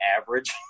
average